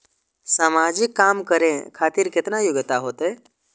समाजिक काम करें खातिर केतना योग्यता होते?